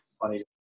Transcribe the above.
funny